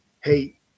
Hey